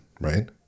right